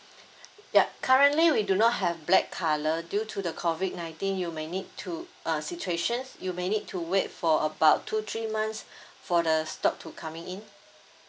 ya currently we do not have black colour due to the COVID nineteen you may need to uh situation you may need to wait for about two three months for the stock to coming in